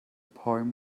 poem